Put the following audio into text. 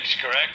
correct